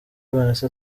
vanessa